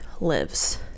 lives